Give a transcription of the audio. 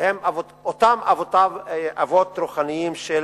הם אותם אבות רוחניים של